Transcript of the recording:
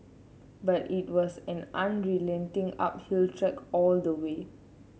but it was an unrelenting uphill trek all the way